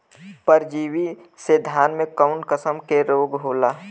परजीवी से धान में कऊन कसम के रोग होला?